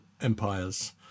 Empire's